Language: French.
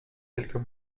quelques